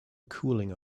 cooling